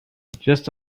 just